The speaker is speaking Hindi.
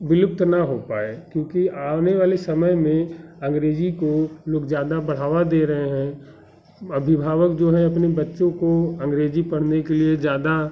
विलुप्त न हो पाए क्योंकि आने वाले समय में अंग्रेजी को लोग ज़्यादा बढ़ावा दे रहे हैं अभिभावक जो हैं अपने बच्चों को अंग्रेजी पढ़ने के लिए ज़्यादा